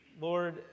Lord